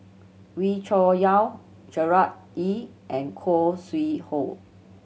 Wee Cho Yaw Gerard Ee and Khoo Sui Hoe